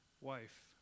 wife